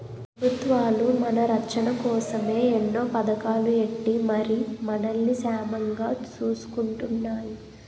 పెబుత్వాలు మన రచ్చన కోసమే ఎన్నో పదకాలు ఎట్టి మరి మనల్ని సేమంగా సూసుకుంటున్నాయి